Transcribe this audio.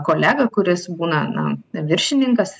kolegą kuris būna na viršininkas